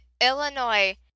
Illinois